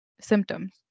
symptoms